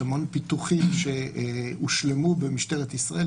המון פיתוחים שהושלמו במשטרת ישראל.